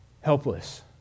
helpless